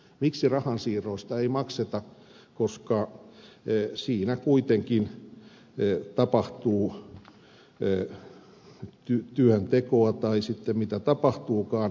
miksi rahan siirroista ei makseta koska siinä kuitenkin tapahtuu työn tekoa tai sitten mitä tapahtuukaan